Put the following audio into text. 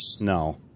No